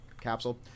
capsule